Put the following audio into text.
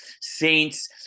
Saints